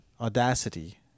Audacity